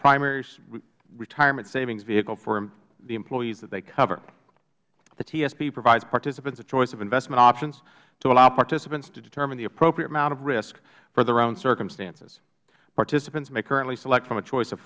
primary retirement savings vehicle for the employees that they cover the tsp provides participants a choice of investment options to allow participants to determine the appropriate amount of risk for their own circumstances participants may currently select from a choice of